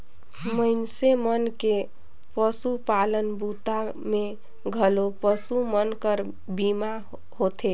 मइनसे मन के पसुपालन बूता मे घलो पसु मन कर बीमा होथे